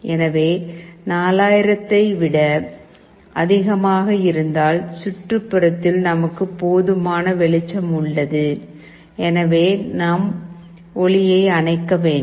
எனவே 4000 ஐ விட அதிகமாக இருந்தால் சுற்றுப்புறத்தில் நமக்கு போதுமான வெளிச்சம் உள்ளது எனவே நாம் ஒளியை அணைக்க வேண்டும்